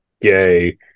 gay